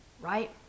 Right